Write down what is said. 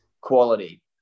quality